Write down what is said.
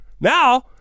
Now